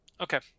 Okay